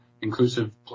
inclusive